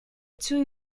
two